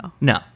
No